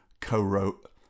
co-wrote